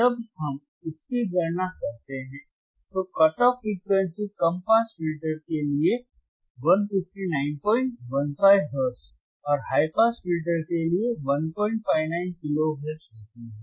जब हम इसकी गणना करते हैं तो कट ऑफ फ्रीक्वेंसी कम पास फिल्टर के लिए 15915 हर्ट्ज और हाई पास फिल्टर के लिए 159 किलो हर्ट्ज होती है